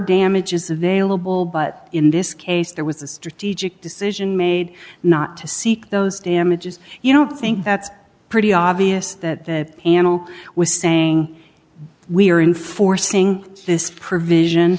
damages available but in this case there was a strategic decision made not to seek those damages you don't think that's pretty obvious that anil was saying we're in for seeing this provision